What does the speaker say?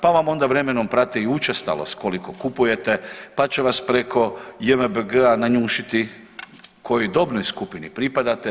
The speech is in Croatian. Pa vam onda vremenom prate i učestalost koliko kupujete, pa će vas preko JMBG-a nanjušiti kojoj dobnoj skupini pripadate.